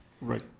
Right